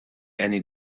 any